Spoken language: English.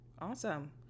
awesome